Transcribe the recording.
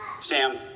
Sam